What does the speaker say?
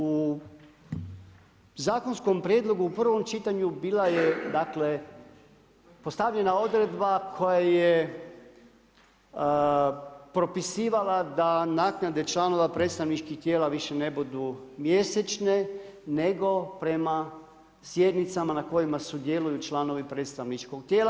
U zakonskom prijedlogu u prvom čitanju bila je dakle postavljena odredba koja je propisivala da naknade članova predstavničkih tijela više ne budu mjesečne, nego prema sjednicama na kojima sudjeluju članovi predstavničkog tijela.